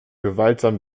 gewaltsam